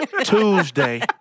Tuesday